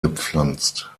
gepflanzt